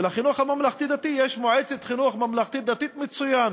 ולחינוך הממלכתי-דתי יש מועצת חינוך ממלכתי-דתי מצוינת.